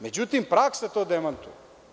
Međutim, praksa to demantuje.